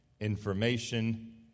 information